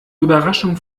überraschung